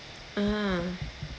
ah